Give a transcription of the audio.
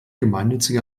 gemeinnützige